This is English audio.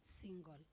single